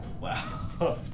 Wow